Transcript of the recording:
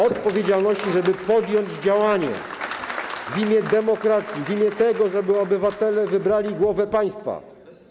Odpowiedzialności, żeby podjąć działanie w imię demokracji, w imię tego, żeby obywatele wybrali głowę państwa.